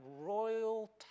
royal